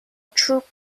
چوب